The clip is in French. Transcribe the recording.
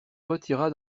retira